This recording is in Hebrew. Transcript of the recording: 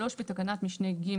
בתקנת משנה (ג),